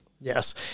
Yes